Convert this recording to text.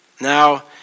Now